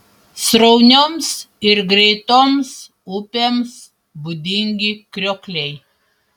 sraunioms ir greitoms upėms būdingi kriokliai